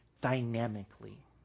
dynamically